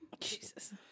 Jesus